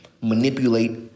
manipulate